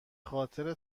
خاطر